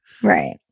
Right